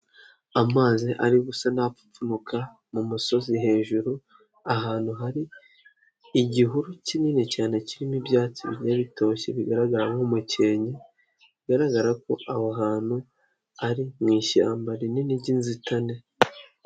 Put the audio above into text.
Amazi ari gusa napfupfunuka mu musozi hejuru, ahantu hari igihuru kinini cyane kirimo ibyatsi bigiye bitoshye, bigaragara nk'umukenke, bigaragara ko aho hantu ari mu ishyamba rinini ry'inzitane.